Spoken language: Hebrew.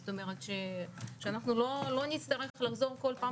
זאת אומרת שאנחנו לא נצטרך לחזור כל פעם